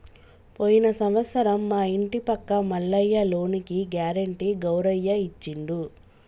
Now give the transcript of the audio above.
పోయిన సంవత్సరం మా ఇంటి పక్క మల్లయ్య లోనుకి గ్యారెంటీ గౌరయ్య ఇచ్చిండు